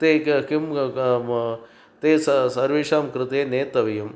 ते क किं क म ते स सर्वेषां कृते नेतव्यम्